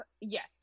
yes